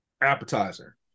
appetizer